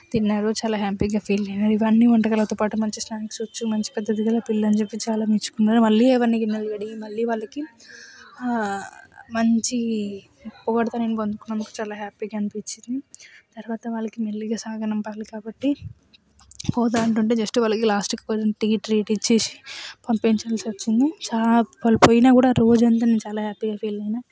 తిన్నారు చాలా హ్యాపీగా ఫీల్ అయినారు ఇవన్నీ వంటకాలతో పాటు మంచిగా స్నాక్స్ మంచి పద్ధతి గల పిల్ల అని చెప్పి చాలా మెచ్చుకున్నారు మళ్ళీ ఇవన్నీ గిన్నెలు కడిగి మళ్ళీ వాళ్ళకి మంచి పొగడ్తలు నేను అందుకున్నందుకు చాలా హ్యాపీగా అనిపించింది తర్వాత వాళ్లకి మెల్లగా సాగనంపాలి కాబట్టి పోతా అంటుంటే జస్ట్ వాళ్లకి లాస్ట్గా ట్రీట్ ఇచ్చేసి పంపించేయాల్సి వచ్చింది చాలా వాళ్లు పోయిన కూడా నేను రోజంతా హ్యాపీగా ఫీల్ అయినా